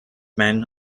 men